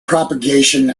propagation